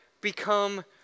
become